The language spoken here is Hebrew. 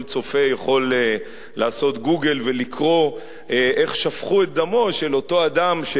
כל צופה יכול לעשות "גוגל" ולקרוא איך שפכו את דמו של אותו אדם,